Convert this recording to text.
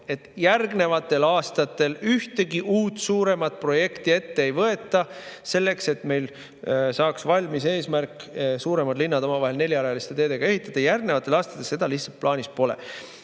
et järgnevatel aastatel ühtegi uut suuremat projekti ette ei võeta selleks, et meil saaks [täidetud] eesmärk suuremad linnad omavahel neljarealiste teedega [ühendada]. Järgnevatel aastatel seda lihtsalt plaanis pole.